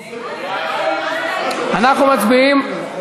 אנחנו מצביעים,